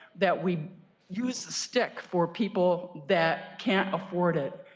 that we use the stick for people that can't afford it.